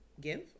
give